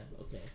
okay